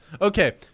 Okay